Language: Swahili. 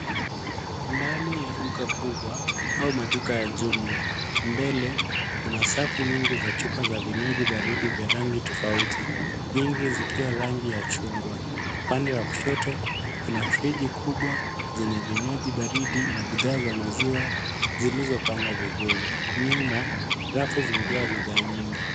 Ndani ya duka kubwa, au maduka ya jumla, mbele, kuna safu nyingi za chupa za vinywaji baridi vya rangi tofauti, nyingi zikiwa rangi ya chungwa. Upande wa kushoto, kuna friji kubwa zenye vinywaji baridi na bidhaa za maziwa zilizopangwa vizuri. Nyuma, rafu zimejaa bidhaa nyingi.